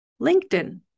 LinkedIn